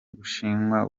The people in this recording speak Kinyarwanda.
gushingwa